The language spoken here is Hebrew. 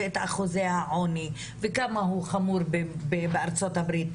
על אחוזי העוני ועד כמה הוא חמור בארצות הברית.